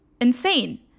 insane